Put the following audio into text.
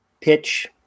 pitch